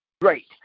Great